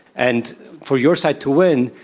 and for your side to win,